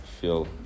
feel